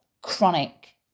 chronic